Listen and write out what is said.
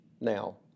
now